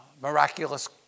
miraculous